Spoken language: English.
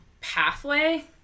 pathway